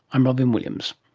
i'm robyn williams